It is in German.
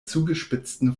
zugespitzten